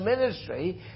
ministry